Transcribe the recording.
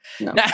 No